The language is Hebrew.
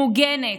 מוגנת,